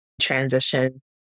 transition